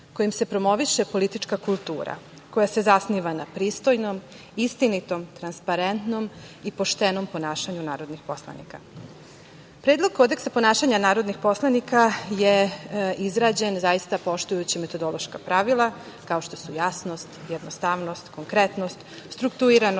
kojim se promoviše politička kultura koja se zasniva na pristojnom, istinitom, transparentnom i poštenom ponašanju narodnih poslanika. Predlog kodeksa ponašanja narodnih poslanika je izrađen poštujući metodološka pravila, kao što su jasnost, jednostavnost, konkretnost, struktuiranost,